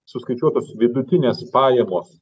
suskaičiuotos vidutinės pajamos